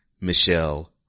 Michelle